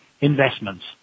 investments